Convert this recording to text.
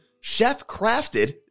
chef-crafted